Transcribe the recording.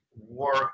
work